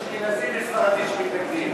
יש אשכנזי וספרדי שמתנגדים,